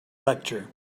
lecture